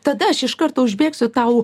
tada aš iš karto užbėgsiu tau